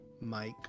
Mike